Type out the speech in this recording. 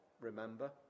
remember